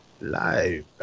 live